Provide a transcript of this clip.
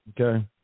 Okay